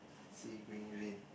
see going rain